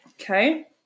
Okay